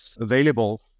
available